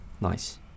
Nice